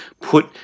put